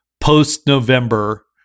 post-November